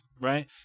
right